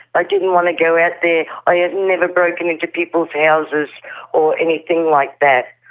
i didn't want to go out there, i had never broken into people's houses or anything like that.